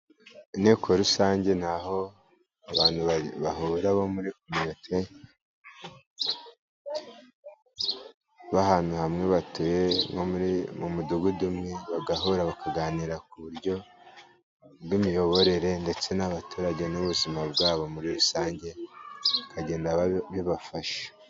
Inteko rusange ni aho abantu bahurira muri komite bahantu hamwe batuye nko mu mudugudu umwe bagahura bakaganira ku buryo bw'imiyoborere ndetse n'abaturage n'ubuzima bwabo muri rusange bikagenda bibafasha.